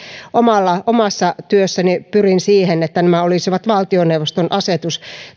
omassa työssäni pyrin siihen että nämä olisivat valtioneuvoston asetus